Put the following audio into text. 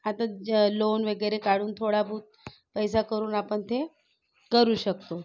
आता ज लोन वगैरे काढून थोडाबहुत पैसा करून आपण ते करू शकतो